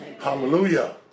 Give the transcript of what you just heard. hallelujah